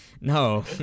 No